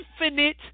infinite